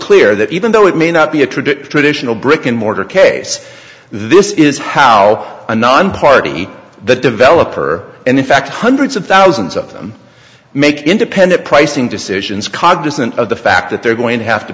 clear that even though it may not be a traditional brick and mortar case this is how a non party the developer and in fact hundreds of thousands of them make independent pricing decisions cognizant of the fact that they're going to have to